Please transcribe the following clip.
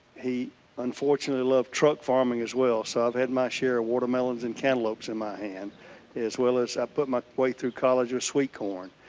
he unfortunately loved truck farming as well so i've had my share of watermelons and cantaloupes in my hand as well as i put my way through college with sweet corn.